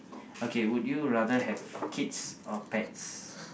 okay would you rather have kids or pets